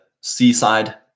seaside